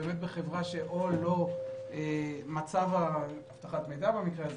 בחברה ש: או לא מצב אבטחת המידע במקרה הזה,